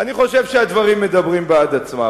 אני חושב שהדברים מדברים בעד עצמם.